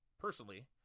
personally